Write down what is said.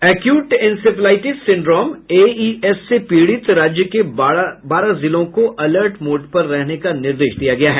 acute encephalitis syndrome AES से पीड़ित राज्य के बारह जिलों को अलर्ट मोड पर रहने का निर्देश दिया गया है